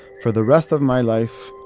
for the rest of my life,